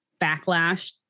backlash